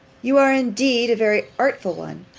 you are indeed a very artful one,